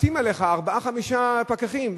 עטים עליך ארבעה-חמישה פקחים.